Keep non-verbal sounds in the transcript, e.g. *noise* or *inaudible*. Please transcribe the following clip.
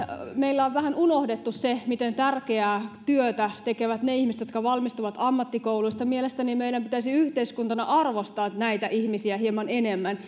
meillä on vähän unohdettu se miten tärkeää työtä tekevät ne ihmiset jotka valmistuvat ammattikouluista ja mielestäni meidän pitäisi yhteiskuntana arvostaa näitä ihmisiä hieman enemmän *unintelligible*